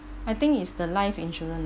I think it's the life insurance ah